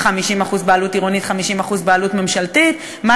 50% בעלות עירונית 50% בעלות ממשלתית,